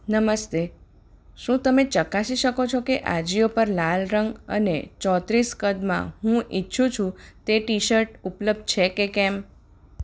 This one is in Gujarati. નમસ્તે શું તમે ચકાસી શકો છો કે અજીઓ પર લાલ રંગ અને ચોત્રીસ કદમાં હું ઈચ્છું છું તે ટીશર્ટ ઉપલબ્ધ છે કે કેમ